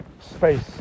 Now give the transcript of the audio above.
space